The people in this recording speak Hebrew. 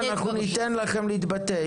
אנחנו ניתן לכם להתבטא,